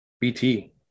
BT